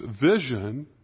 vision